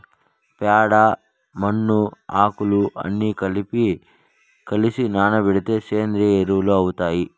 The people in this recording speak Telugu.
ప్యాడ, మన్ను, ఆకులు అన్ని కలసి నానబెడితే సేంద్రియ ఎరువు అవుతాది